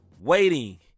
waiting